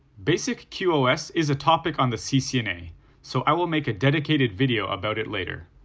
basic qos is a topic on the ccna so i will make a dedicated video about it later.